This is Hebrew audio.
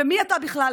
מי אתה בכלל?